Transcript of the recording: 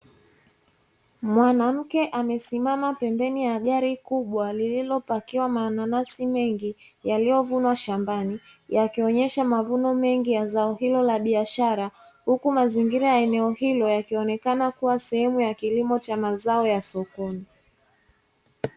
Mwanamke amesimama pembeni ya gari kubwa lililopakiwa mananasi mengi yaliyovunwa shambani, yakionyesha mavuno mengi ya zao hilo la biashara, huku mazingira ya eneo hilo yakionekana kuwa sahemu ya kilimo cha mazao ya sokoni.